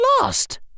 lost